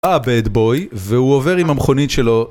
הבאד בוי, והוא עובר עם המכונית שלו.